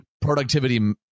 productivity